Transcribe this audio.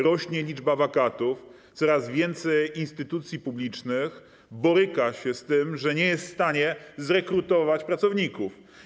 Rośnie liczba wakatów, coraz więcej instytucji publicznych boryka się z tym, że nie jest w stanie zrekrutować pracowników.